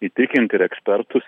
įtikinti ir ekspertus